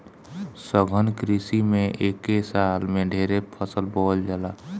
सघन कृषि में एके साल में ढेरे फसल बोवल जाला